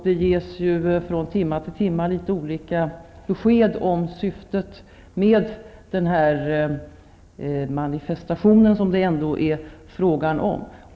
Det ges ju olika besked om syftet med denna manifestation, som det ändå är fråga om.